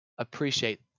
appreciate